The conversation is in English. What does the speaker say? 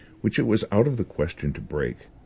which it was out of the question to break.